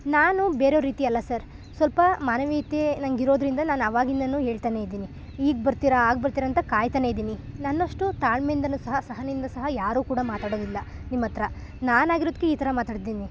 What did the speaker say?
ನಾನು ಬೇರೊರ ರೀತಿ ಅಲ್ಲ ಸರ್ ಸ್ವಲ್ಪ ಮಾನವೀಯತೆ ನನಗಿರೊದ್ರಿಂದ ನಾನು ಆವಾಗಿಂದನೂ ಹೇಳ್ತಾನೇ ಇದ್ದೀನಿ ಈಗ ಬರ್ತೀರ ಆಗ ಬರ್ತೀರ ಅಂತ ಕಾಯ್ತಾನೇ ಇದ್ದೀನಿ ನನ್ನಷ್ಟು ತಾಳ್ಮೆಯಿಂದನೂ ಸಹ ಸಹನೆಯಿಂದ ಸಹ ಯಾರೂ ಕೂಡ ಮಾತಾಡೋದಿಲ್ಲ ನಿಮ್ಮ ಹತ್ರ ನಾನಾಗಿರೋದಕ್ಕೆ ಈ ಥರ ಮಾತಾಡ್ತಿದ್ದೀನಿ